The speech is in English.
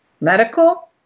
medical